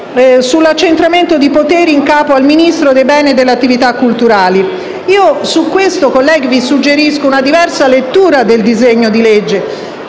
sull'accentramento di poteri in capo al Ministro dei beni e delle attività culturali e del turismo. A questo proposito, colleghi, vi suggerisco una diversa lettura del disegno di legge.